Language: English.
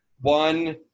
one